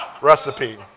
Recipe